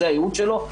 זה הייעוד שלו.